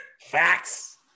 Facts